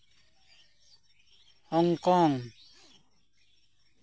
Hong Kong